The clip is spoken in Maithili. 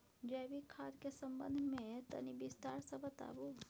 जैविक खाद के संबंध मे तनि विस्तार स बताबू?